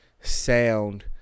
sound